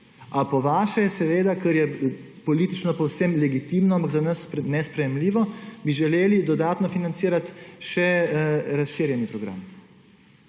A po vaše, seveda, ker je politično povsem legitimno, ampak za nas nesprejemljivo, bi želeli dodatno financirati še razširjeni program.